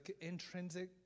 intrinsic